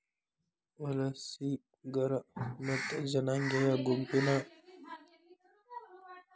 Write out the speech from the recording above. ವಲಸಿಗರ ಮತ್ತ ಜನಾಂಗೇಯ ಗುಂಪಿನ್ ಸದಸ್ಯರಿಂದ್ ಜನಾಂಗೇಯ ವಾಣಿಜ್ಯೋದ್ಯಮವನ್ನ ವ್ಯಾಪಾರ ಮಾಲೇಕತ್ವ ಅಂತ್ ಸಡಿಲವಾಗಿ ವ್ಯಾಖ್ಯಾನಿಸೇದ್